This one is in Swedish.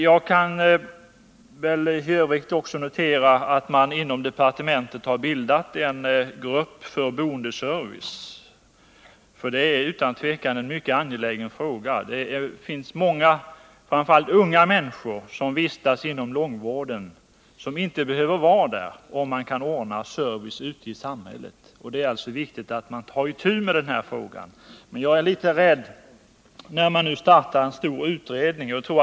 Jag kan väl i övrigt också notera att det inom departementet har bildats en grupp för boendeservice, för detta är utan tvivel en mycket angelägen fråga. Det finns många, framför allt unga människor, som vistas inom långvården men som inte skulle behöva vara där, om man kunde ordna service ute i samhället. Det är alltså viktigt att man tar itu med den här frågan. Men jag är litet rädd, när man nu startar en stor utredning som tar flera år.